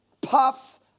puffs